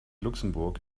luxemburg